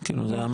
לא,